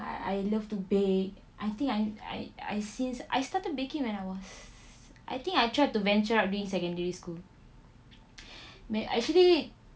I I love to bake I think I I I since I started baking when I was I think I tried to venture out during secondary school may actually